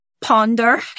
ponder